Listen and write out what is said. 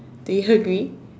do you agree